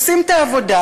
עושים את העבודה,